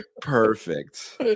perfect